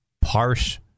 parse